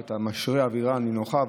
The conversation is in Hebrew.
אתה משרה אווירה נינוחה,